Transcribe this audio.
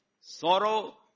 sorrow